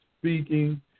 speaking